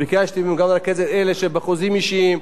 ביקשתי ממנו לרכז את אלה שבחוזים אישיים,